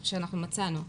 שמצאנו.